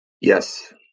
yes